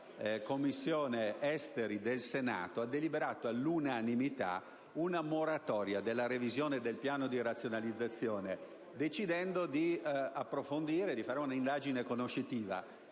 Commissione affari esteri del Senato ha deliberato all'unanimità una moratoria della revisione del piano di razionalizzazione decidendo di approfondire e di fare un'apposita indagine conoscitiva.